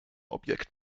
objekt